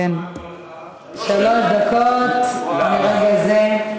שלוש דקות מרגע זה.